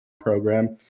program